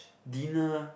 dinner